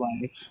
life